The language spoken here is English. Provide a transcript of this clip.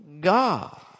God